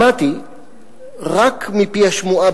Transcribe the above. שמעתי רק מפי השמועה,